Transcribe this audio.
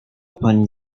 pani